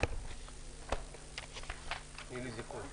הישיבה ננעלה בשעה